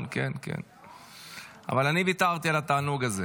אתה יכול לדבר ולחזור.